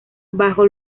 bajo